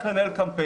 איך לנהל קמפיין.